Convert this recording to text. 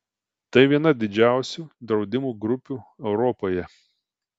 tai viena didžiausių draudimo grupių europoje